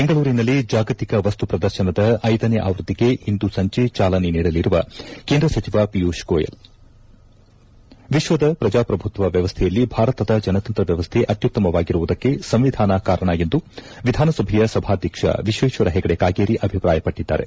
ಬೆಂಗಳೂರಿನಲ್ಲಿ ಜಾಗತಿಕ ಮುಪ್ರದರ್ಶನದ ಐದನೇ ಆವೃತ್ತಿಗೆ ಇಂದು ಸಂಜೆ ಚಾಲನೆ ನೀಡಲಿರುವ ಕೇಂದ್ರ ಸಚಿವ ಪಿಯೂಷ್ ಗೋಯಲ್ ವಿಶ್ವದ ಪ್ರಜಾಪ್ರಭುತ್ವ ವ್ಯವಸ್ಥೆಯಲ್ಲಿ ಭಾರತದ ಜನತಂತ್ರ ವ್ಯವಸ್ಥೆ ಅತ್ತುತ್ತಮವಾಗಿರುವುದಕ್ಕೆ ಸಂವಿಧಾನ ಕಾರಣ ಎಂದು ವಿಧಾನಸಭೆಯ ಸಭಾಧ್ಯಕ್ಷ ವಿಶ್ವೇಶ್ವರ ಹೆಗಡೆ ಕಾಗೇರಿ ಅಭಿಪ್ರಾಯಪಟ್ಟಿದ್ದಾರೆ